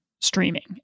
streaming